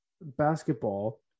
basketball